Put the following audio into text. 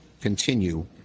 continue